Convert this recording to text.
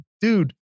dude